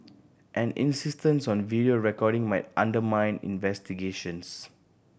an insistence on video recording might undermine investigations